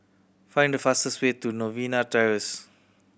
find the fastest way to Novena Terrace